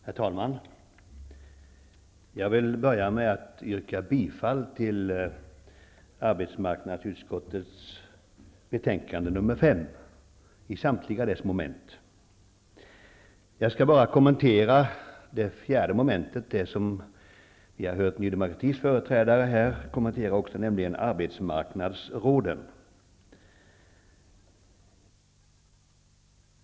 Herr talman! Jag vill börja med att yrka bifall till hemställan i arbetsmarknadsutskottets betänkande nr 5 på samtliga punkter. Jag skall endast kommentera mom. 4 i betänkandet, som vi också har hört Ny demokratis företrädare kommentera, nämligen arbetsmarknadsråden.